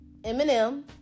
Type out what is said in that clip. Eminem